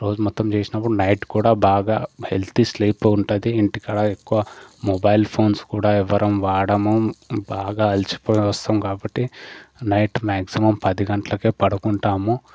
రోజు మొత్తం చేసినప్పుడు నైట్ కూడా బాగా హెల్తీ స్లీప్ ఉంటుంది ఇంటికాడ ఎక్కువ మొబైల్ ఫోన్స్ కూడా ఎవరం వాడము బాగా అలసిపోయి వస్తాం కాబట్టి నైట్ మ్యాక్జిమమ్ పది గంటలకే పడుకుంటాము